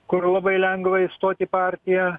kur labai lengva įstot į partiją